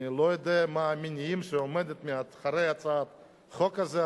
אני לא יודע מה המניעים שעומדים מאחורי הצעת החוק הזאת,